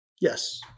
Yes